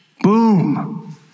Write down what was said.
boom